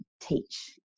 teach